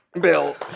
Bill